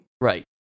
Right